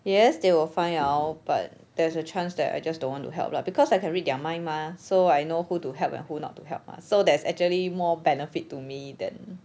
yes they will find out but there's a chance I just don't want to help lah because I can read their mind mah so I know who to help and who not to help mah so there's actually more benefit to me then